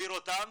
להעביר אותם